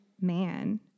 man